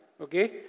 okay